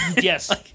Yes